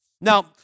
Now